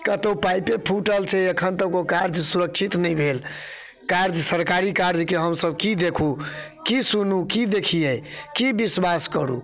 कतहु पाइपे फूटल छै एखन तक ओ कार्य सुरक्षित नहि भेल कार्य सरकारी कार्यके हमसब कि देखू कि सुनू कि देखिए कि विश्वास करू